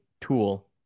tool